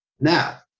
Now